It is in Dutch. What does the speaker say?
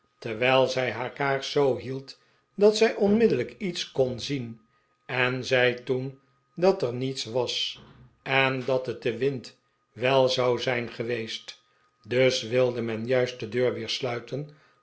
terwijl zij haar kaars zoo hield dat zij onmogelijk lets kon zien en zei toen dat er niets was en dat het de wind wel zou zijn geweest dus wilde men juist de deur weer sluiten